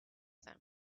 them